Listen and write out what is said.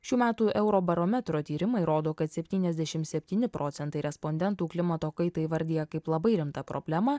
šių metų eurobarometro tyrimai rodo kad septyniasdešim septyni procentai respondentų klimato kaitą įvardija kaip labai rimtą problemą